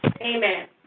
Amen